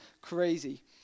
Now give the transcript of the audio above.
crazy